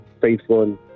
faithful